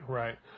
right